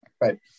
Right